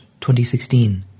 2016